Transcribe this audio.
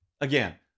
Again